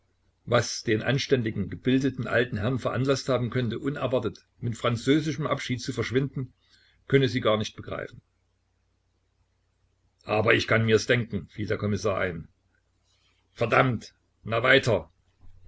was den anständigen gebildeten alten herrn veranlaßt haben könne unerwartet mit französischem abschied zu verschwinden könne sie gar nicht begreifen aber ich kann mir's denken fiel der kommissar ein verdammt na weiter